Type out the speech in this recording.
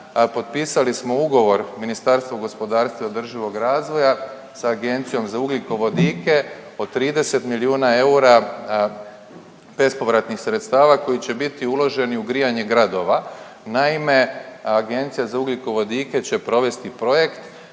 potpisali smo ugovor Ministarstvo gospodarstva i održivog razvoja sa Agencijom za ugljikovodike od 30 milijuna eura bespovratnih sredstava koji će biti uloženi u grijanje gradova. Naime, Agencija za ugljikovodike će provesti projekt.